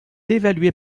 évaluées